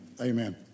Amen